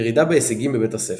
ירידה בהישגים בבית הספר.